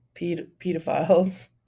pedophiles